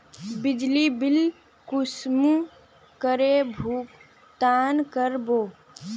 बिजली बिल कुंसम करे भुगतान कर बो?